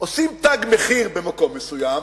עושים תג מחיר במקום מסוים,